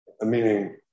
meaning